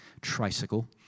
tricycle